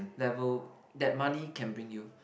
level that money can bring you